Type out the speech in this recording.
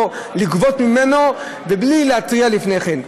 או לגבות ממנו בלי להתריע לפני כן.